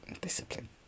Discipline